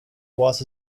was